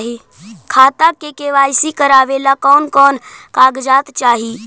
खाता के के.वाई.सी करावेला कौन कौन कागजात चाही?